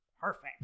perfect